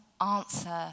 answer